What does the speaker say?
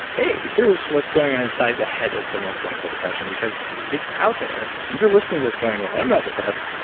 hey, here's what's going on inside the head of someone with clinical depression because it's out there. if you're listening to this going, well, i'm not depressed,